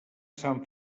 sant